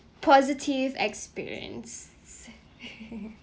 positive experience